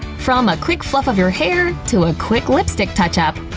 from a quick fluff of your hair, to a quick lipstick touch-up,